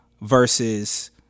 versus